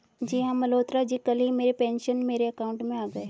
जी हां मल्होत्रा जी कल ही मेरे पेंशन मेरे अकाउंट में आ गए